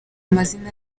amazina